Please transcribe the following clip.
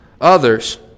others